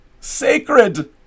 Sacred